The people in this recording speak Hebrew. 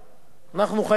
אנחנו חיים במערכת.